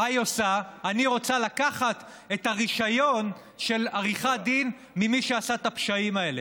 אני רוצה לקחת את הרישיון של עריכת דין ממי שעשה את הפשעים האלה,